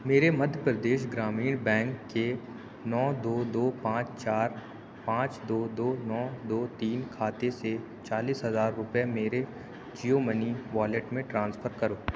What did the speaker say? میرے مدھیہ پردیش گرامین بینک کے نو دو دو پانچ چار پانچ دو دو نو دو تین کھاتے سے چالیس ہزار روپے میرے جیو منی والیٹ میں ٹرانسفر کرو